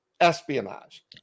espionage